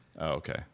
Okay